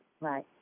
Right